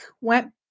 went